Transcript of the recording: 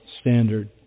standard